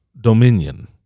dominion